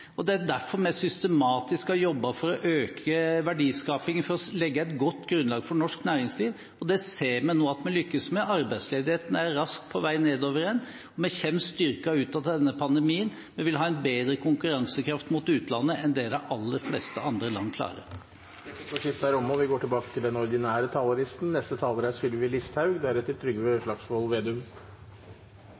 Det er derfor vi systematisk har jobbet for å øke verdiskapingen – for å legge et godt grunnlag for norsk næringsliv. Det ser vi nå at vi lykkes med. Arbeidsledigheten er raskt på vei nedover igjen, og vi kommer styrket ut av pandemien. Vi vil ha en bedre konkurransekraft mot utlandet enn det de aller fleste andre land klarer. Replikkordskiftet er omme.